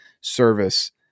service